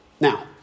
Now